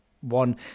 one